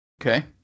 Okay